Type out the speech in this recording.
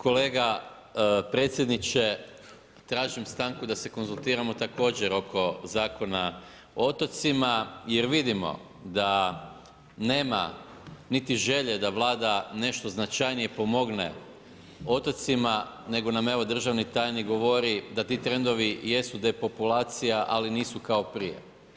Kolega predsjedniče, tražim stanku da se konzultiramo također oko Zakona o otocima jer vidimo da nema niti želje da vlada nešto značajnije pomogne otocima, nego nam evo, državni tajnik govori da ti trendovi jesu depopulacija, ali nisu kao prije.